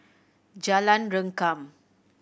Jalan Rengkam